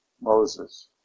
Moses